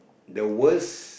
the worst